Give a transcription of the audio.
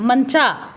ಮಂಚ